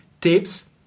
tips